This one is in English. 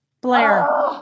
Blair